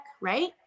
Right